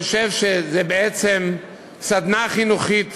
שזו בעצם סדנה חינוכית